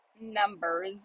numbers